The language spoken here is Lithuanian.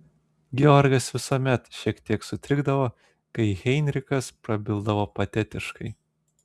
georgas visuomet šiek tiek sutrikdavo kai heinrichas prabildavo patetiškai